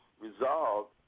resolved